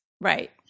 Right